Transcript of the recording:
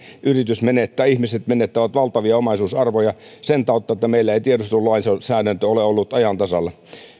yritys menettää ihmiset menettävät valtavia omaisuusarvoja sen tautta että meillä ei tiedustelulainsäädäntö ole ollut ajan tasalla